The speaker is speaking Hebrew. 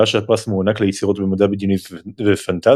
שהפרס מוענק ליצירות במדע בדיוני ופנטזיה,